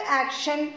action